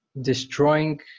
destroying